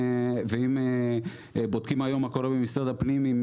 ואם בודקים היום מה קורה במשרד הפנים עם